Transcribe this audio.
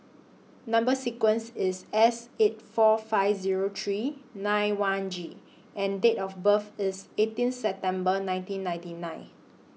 Number sequence IS S eight four five Zero three nine one G and Date of birth IS eighteen September nineteen ninety nine